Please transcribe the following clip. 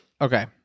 okay